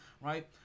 right